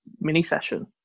mini-session